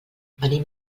venim